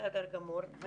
בסדר גמור.